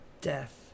death